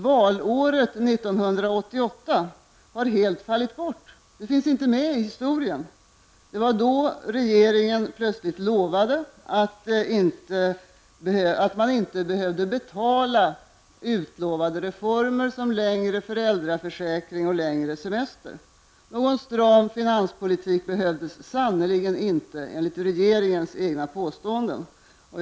Valåret 1988 har helt fallit bort! Det finns inte med i historien. Det var då regeringen plötsligt lovade att man inte behövde betala utlovade reformer som längre föräldraförsäkring och längre semester. Någon stram finanspolitik behövdes sannerligen inte enligt regeringens egna påståenden.